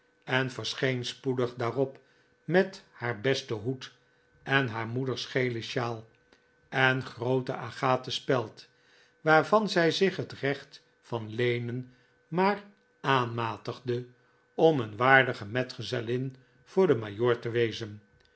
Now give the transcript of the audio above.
en verscheen spoedig daarop met haar besten hoed en haar moeders gele sjaal en groote agaten speld waarvan zij zich het recht van leenen maar aanmatigde om een waardige metgezellin voor den majoor te wezen